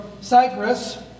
Cyprus